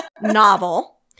novel